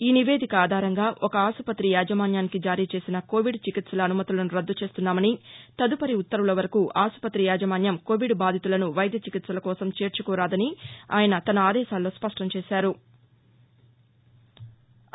ఈ నివేదిక ఆధారంగా ఒక ఆస్పతి యాజమాన్యానికి జారీ చేసిన కోవిడ్ చికిత్సల అనుమతులను రద్దు చేస్తున్నామని తదుపరి ఉత్తర్వుల వరకూ ఆస్పతి యాజమాన్యం కోవిడ్ బాధితులను వైద్య చికిత్సల కోసం చేర్చుకోరాదని ఆయన తన ఆదేశాలలో స్పష్టం చేశారు